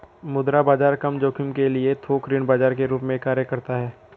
मुद्रा बाजार कम जोखिम के लिए थोक ऋण बाजार के रूप में कार्य करता हैं